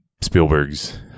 Spielberg's